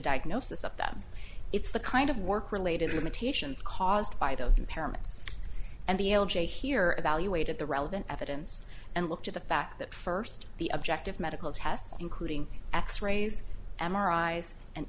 diagnosis of them it's the kind of work related limitations caused by those impairments and the l j here evaluated the relevant evidence and looked at the fact that first the objective medical tests including x rays m